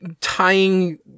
tying